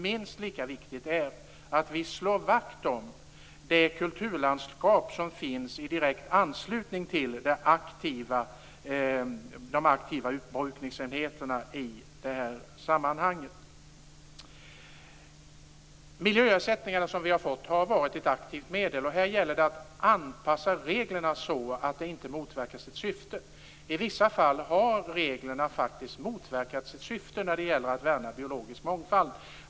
Minst lika viktigt är att vi slår vakt om det kulturlandskap som finns i direkt anslutning till de aktiva utbrukningsenheterna i sammanhanget. De miljöersättningar som vi har fått har varit ett aktivt medel. Det gäller att anpassa reglerna så att de inte motverkar sitt syfte. I vissa fall har reglerna faktiskt gjort det när det gäller att värna biologisk mångfald.